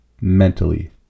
mentally